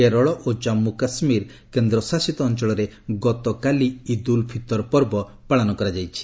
କେରଳ ଓ ଜାନ୍ଗୁ କାଶ୍ମୀର କେନ୍ଦ୍ର ଶାସିତ ଅଞ୍ଚଳରେ ଗତକାଲି ଇଦ୍ ଉଲ୍ ଫିତର ପର୍ବ ପାଳନ କରାଯାଇଥିଲା